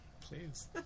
Please